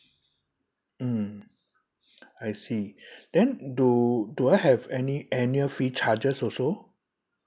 mm I see then do do I have any annual fee charges also